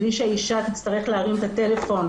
בלי שאישה תצטרך להרים את הטלפון,